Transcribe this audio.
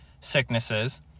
sicknesses